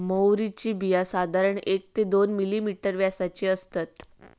म्होवरीची बिया साधारण एक ते दोन मिलिमीटर व्यासाची असतत